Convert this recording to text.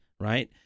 Right